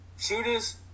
Shooters